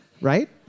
right